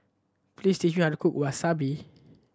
please teach me how to cook Wasabi